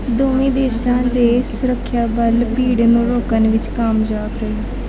ਦੋਵੇਂ ਦੇਸ਼ਾਂ ਦੇ ਸੁਰੱਖਿਆ ਬਲ ਭੀੜ ਨੂੰ ਰੋਕਣ ਵਿਚ ਕਾਮਯਾਬ ਰਹੇ